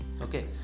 Okay